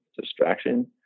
Distraction